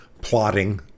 plotting